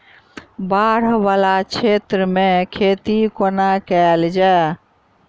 बाढ़ वला क्षेत्र मे खेती कोना कैल जाय?